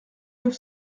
neuf